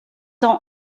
ont